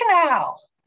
canal